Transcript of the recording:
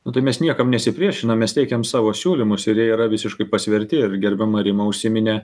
nu tai mes niekam nesipriešinam mes teikiam savo siūlymus ir jie yra visiškai pasverti ir gerbiama rima užsiminė